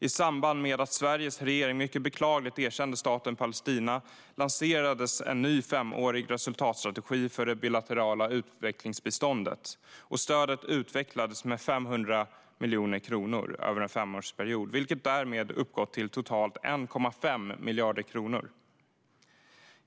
I samband med att Sveriges regering mycket beklagligt erkände staten Palestina lanserades en ny femårig resultatstrategi för det bilaterala utvecklingsbiståndet, och stödet utvecklades med 500 miljoner kronor över en femårsperiod, vilket därmed uppgår till totalt 1,5 miljarder kronor.